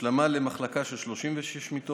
השלמה למחלקה של 36 מיטות,